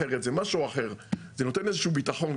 זה משהו אחר שנותן תחושת ביטחון,